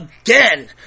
again